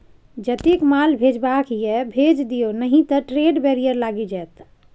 जतेक माल भेजबाक यै भेज दिअ नहि त ट्रेड बैरियर लागि जाएत